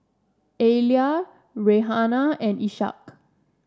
Alya Raihana and Ishak